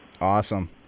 Awesome